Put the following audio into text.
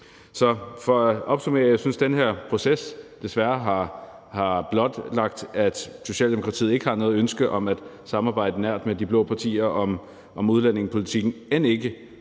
Så for at opsummere: Jeg synes, at den her proces desværre har blotlagt, at Socialdemokratiet ikke har noget ønske om at samarbejde nært med de blå partier om udlændingepolitikken, end ikke